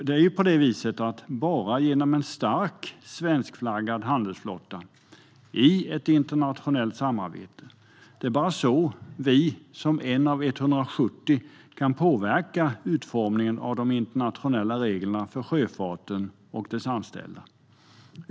Det är bara genom en stark svenskflaggad handelsflotta i ett internationellt samarbete som vi, som en av 170, kan påverka utformningen av de internationella reglerna för sjöfarten och dess anställda.